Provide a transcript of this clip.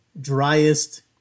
driest